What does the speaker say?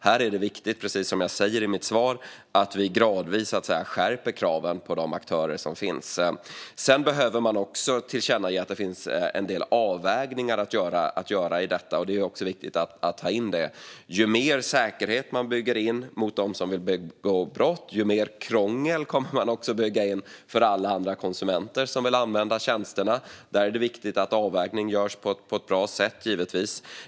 Här är det viktigt att vi gradvis skärper kraven på de aktörer som finns. Sedan behöver man också tillkännage att det finns en del avvägningar att göra i detta. Ju mer säkerhet man bygger in, desto mer krångel bygger man in för de konsumenter som vill använda tjänsterna. Där är det viktigt att avvägningen görs på ett bra sätt, givetvis.